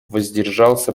воздержался